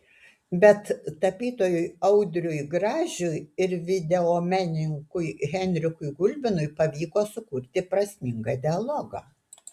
bet tapytojui audriui gražiui ir videomenininkui henrikui gulbinui pavyko sukurti prasmingą dialogą